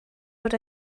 bod